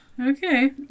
Okay